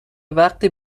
وقتی